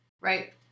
right